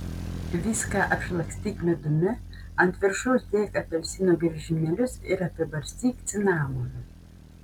viską apšlakstyk medumi ant viršaus dėk apelsino griežinėlius ir apibarstyk cinamonu